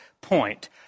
point